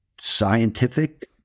scientific